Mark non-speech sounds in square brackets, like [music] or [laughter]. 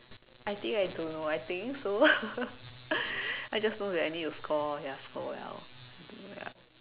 I think I don't know I think so [laughs] I just know that I need to score ya score well do well ya